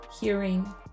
hearing